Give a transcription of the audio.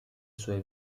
sue